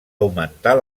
augmentar